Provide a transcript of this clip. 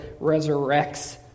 resurrects